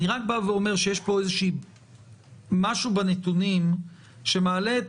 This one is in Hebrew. אני רק אומר שיש משהו בנתונים שמעלה את